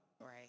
Right